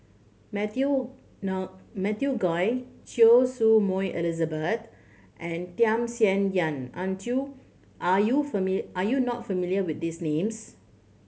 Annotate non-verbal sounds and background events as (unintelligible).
Matthew (unintelligible) Matthew Ngui Choy Su Moi Elizabeth and Tham Sien Yen aren't you are you (unintelligible) are you not familiar with these names